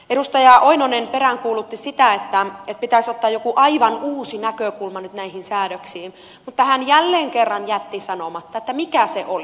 pentti oinonen peräänkuulutti sitä että pitäisi ottaa joku aivan uusi näkökulma nyt näihin säädöksiin mutta hän jälleen kerran jätti sanomatta mikä se olisi